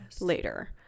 later